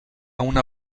una